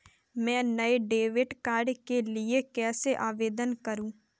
मैं नए debit card के लिए कैसे आवेदन करूं?